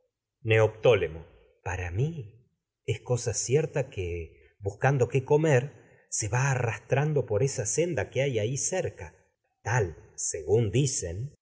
neoptólemo para mi es cosa cierta que buscando qué comer se va arrastrando por esa senda que hay ahí es cerca tal según dicen